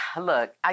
look